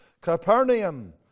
Capernaum